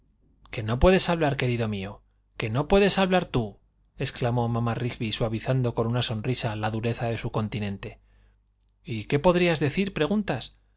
que no puedes hablar querido mío que no puedes hablar tú exclamó mamá rigby suavizando con una sonrisa la dureza de su continente y qué podrías decir preguntas